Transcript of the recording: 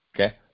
Okay